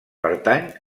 pertany